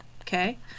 Okay